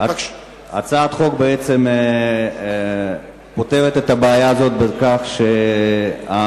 הצעת החוק פותרת את הבעיה הזאת בכך שהחולה